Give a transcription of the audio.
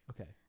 Okay